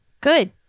Good